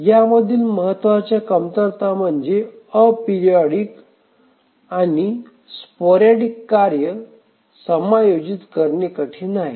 यामधील महत्वाच्या कमतरता म्हणजे अॅपरिओडिक आणि तुरळक कार्य समायोजित करणे कठीण आहे